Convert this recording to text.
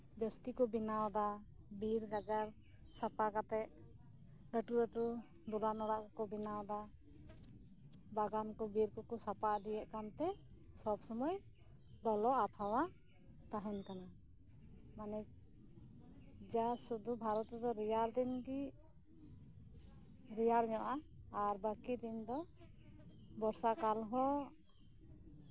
ᱡᱟᱹᱥᱛᱤ ᱠᱚ ᱵᱮᱱᱟᱣᱫᱟ ᱵᱤᱨ ᱜᱟᱡᱟᱲ ᱥᱟᱯᱷᱟ ᱠᱟᱛᱮᱜ ᱞᱟᱹᱴᱩ ᱞᱟᱹᱴᱩ ᱫᱚᱞᱟᱱ ᱚᱲᱟᱜ ᱠᱚᱠᱚ ᱵᱮᱱᱟᱣᱮᱫᱟ ᱵᱟᱜᱟᱱ ᱠᱚᱠᱚ ᱥᱟᱯᱟ ᱤᱫᱤᱭᱮᱜ ᱠᱟᱱᱛᱮ ᱥᱚᱵ ᱥᱚᱢᱚᱭ ᱞᱚᱞᱚ ᱟᱵᱚᱦᱟᱣᱟ ᱛᱟᱸᱦᱮᱱ ᱠᱟᱱᱟ ᱡᱟ ᱥᱩᱫᱷᱩ ᱵᱷᱟᱨᱚᱛ ᱨᱮᱫᱚ ᱨᱮᱭᱟᱲ ᱫᱤᱱᱜᱮ ᱨᱮᱭᱟᱲ ᱧᱚᱜᱼᱟ ᱟᱨ ᱵᱟᱠᱤ ᱫᱤᱱ ᱫᱚ ᱵᱚᱨᱥᱟᱠᱟᱞ ᱦᱚᱸ